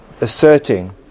asserting